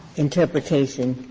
interpretation?